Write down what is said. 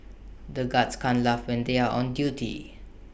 the guards can't laugh when they are on duty